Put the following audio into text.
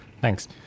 thanks